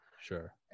Sure